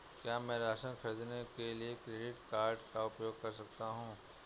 क्या मैं राशन खरीदने के लिए क्रेडिट कार्ड का उपयोग कर सकता हूँ?